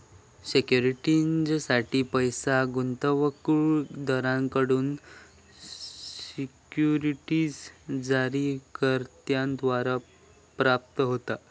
सिक्युरिटीजसाठी पैस गुंतवणूकदारांकडसून सिक्युरिटीज जारीकर्त्याद्वारा प्राप्त होता